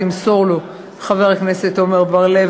תמסור לו, חבר הכנסת עמר בר-לב.